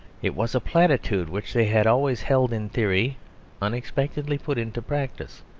it was a platitude which they had always held in theory unexpectedly put into practice.